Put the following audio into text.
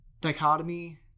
dichotomy